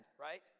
right